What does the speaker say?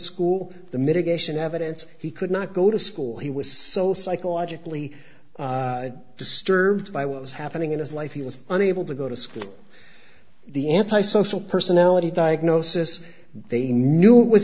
school the mitigation evidence he could not go to school he was so psychologically disturbed by what was happening in his life he was unable to go to school the antisocial personality diagnosis they